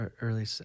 early